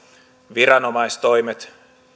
viranomaistoimet